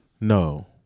No